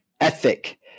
ethic